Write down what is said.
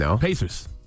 Pacers